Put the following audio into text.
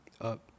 up